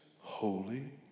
holy